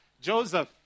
Joseph